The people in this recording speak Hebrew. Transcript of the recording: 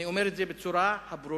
אני אומר את זה בצורה הברורה,